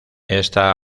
está